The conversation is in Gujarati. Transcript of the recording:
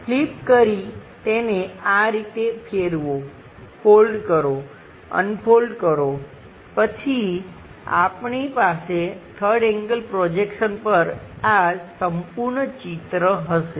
ફ્લિપ કરી તેને આ રીતે ફેરવો ફોલ્ડ કરો અનફોલ્ડ કરો પછી આપણી પાસે 3rd એંગલ પ્રોજેક્શન પર આ સંપૂર્ણ ચિત્ર હશે